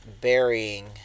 burying